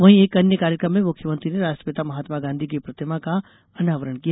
वहीं एक अन्य कार्यक्रम में मुख्यमंत्री ने राष्ट्रपिता महात्मा गांधी की प्रतिमा का अनावरण किया